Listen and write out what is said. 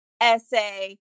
essay